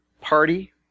party